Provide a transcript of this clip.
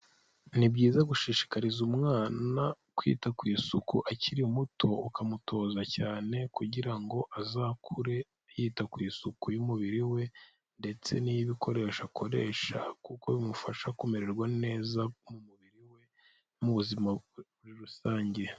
Ni byiza gushishikariza umwana kwita ku isuku akiri muto, ukamutoza cyane kugira ngo azakure yita ku isuku y'umubiri we, ndetse n'iy'ibikoresho akoresha, kuko bimufasha kumererwa neza mu mubiri we mu buzima rusange.